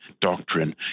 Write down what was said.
doctrine